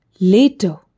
Later